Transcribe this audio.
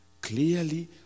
Clearly